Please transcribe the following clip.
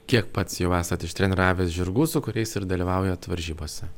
kiek pats jau esat ištreniravęs žirgų su kuriais ir dalyvaujat varžybose